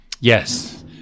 Yes